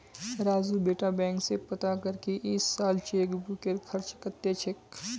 राजू बेटा बैंक स पता कर की इस साल चेकबुकेर खर्च कत्ते छेक